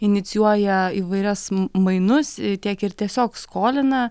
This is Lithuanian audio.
inicijuoja įvairias mainus tiek ir tiesiog skolina